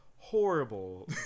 horrible